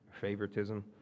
favoritism